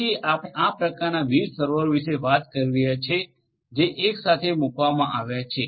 તેથી આપણે આ પ્રકારના વિવિધ સર્વરો વિશે વાત કરી રહ્યા છીએ જે એક સાથે મૂકવામાં આવ્યા છે